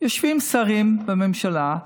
יושבים שרים בממשלה,